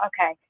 okay